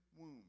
womb